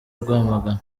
rwamagana